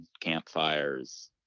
campfires